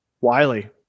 Wiley